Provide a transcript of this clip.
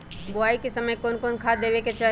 बोआई के समय कौन खाद देवे के चाही?